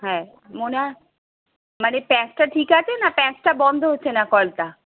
হ্যাঁ মনে মানে প্যাঁচটা ঠিক আছে না প্যাঁচটা বন্ধ হচ্ছে না কলটা